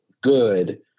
good